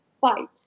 fight